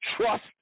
trust